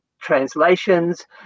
translations